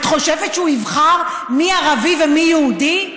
את חושבת שהוא יבחר מי ערבי ומי יהודי?